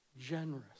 Generous